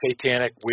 satanic